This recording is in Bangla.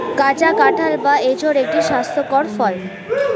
কাঁচা কাঁঠাল বা এঁচোড় একটি স্বাস্থ্যকর ফল